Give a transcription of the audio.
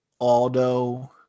Aldo